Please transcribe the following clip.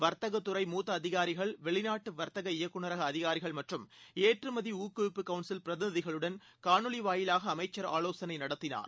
வர்த்தகத் துறை மூத்த அதிகாரிகள் வெளிநாட்டு வர்த்தக இயக்குநரக அதிகாரிகள் மற்றும் ஏற்றுமதி ஊக்குவிப்பு கவுன்சில் பிரதிநிதிகளுடன் காணொலி வாயிலாக அமைச்சர் ஆலோசனை நடத்தினார்